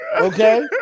Okay